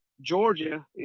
Georgia